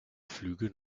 flüge